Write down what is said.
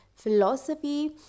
philosophy